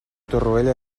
torroella